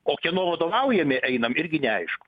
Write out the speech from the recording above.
o kieno vadovaujami einam irgi neaišku